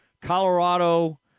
Colorado